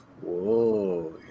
whoa